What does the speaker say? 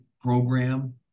program